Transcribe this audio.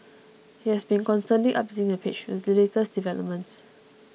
he has been constantly updating the page with the latest developments